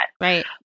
right